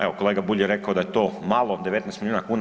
Evo Kolega Bulj je rekao da je to malo 19 milijuna kuna.